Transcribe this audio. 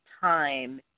time